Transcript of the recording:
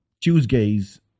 Tuesdays